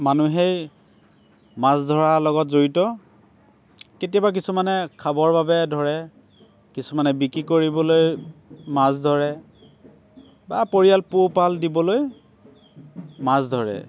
মানুহেই মাছ ধৰাৰ লগত জড়িত কেতিয়াবা কিছুমানে খাবৰ বাবে ধৰে কিছুমানে বিক্ৰী কৰিবলৈ মাছ ধৰে বা পৰিয়াল পোহপাল দিবলৈ মাছ ধৰে